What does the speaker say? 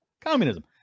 communism